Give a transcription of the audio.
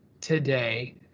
today